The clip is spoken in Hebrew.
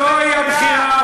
זוהי הבחירה.